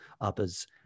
others